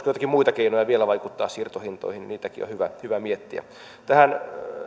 joitakin muita keinoja vielä vaikuttaa siirtohintoihin on hyvä hyvä miettiä tähän